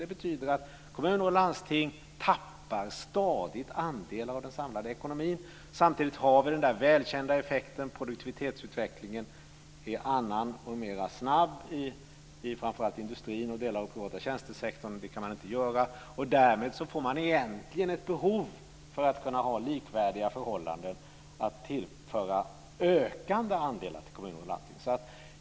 Det betyder att kommuner och landsting stadigt tappar andel av den samlade ekonomin. Samtidigt har vi den välkända effekten att produktivitetsutvecklingen är snabbare i framför allt industrin och delar av den privata tjänstesektorn. Därmed får man ett behov av att ha likvärdiga förhållanden att tillföra ökande andelar till kommuner och landsting.